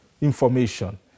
information